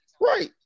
Right